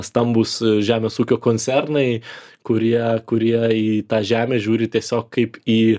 stambūs žemės ūkio koncernai kurie kurie į tą žemę žiūri tiesiog kaip į